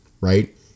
right